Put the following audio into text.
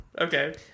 Okay